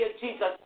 Jesus